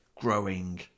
growing